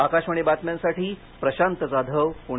आकाशवाणी बातम्यांसाठी प्रशांत जाधव पुणे